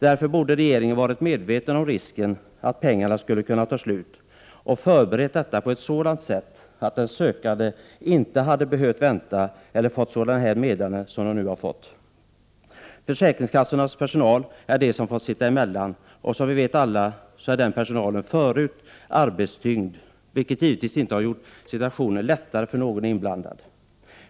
Därför borde regeringen ha varit medveten om risken att pengarna skulle kunna ta slut och ha förberett detta på ett sådant sätt att de sökande inte hade behövt vänta eller fått sådana meddelanden som de nu har fått. Försäkringskassornas personal har fått sitta emellan, och som vi alla vet är den personalen redan förut mycket arbetstyngd, vilket givetvis inte har gjort situationen lättare för någon inblandad.